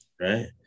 right